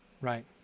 Right